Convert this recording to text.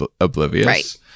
oblivious